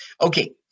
Okay